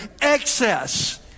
excess